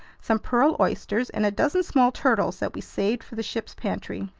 some pearl oysters, and a dozen small turtles that we saved for the ship's pantry.